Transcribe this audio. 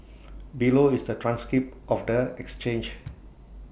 below is the transcript of the exchange